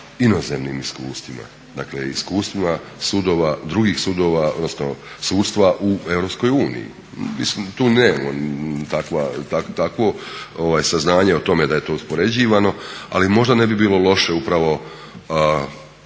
inozemnim iskustvima, dakle iskustvima drugih sudova odnosno sudstva u Europskoj uniji. Mislim tu nemamo takvo saznanje o tome da je to uspoređivano, ali možda ne bi bilo loše upravo